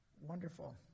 Wonderful